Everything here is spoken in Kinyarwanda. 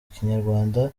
kinyarwanda